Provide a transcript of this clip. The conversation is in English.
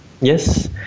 Yes